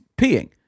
peeing